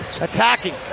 attacking